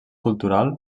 cultural